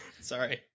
Sorry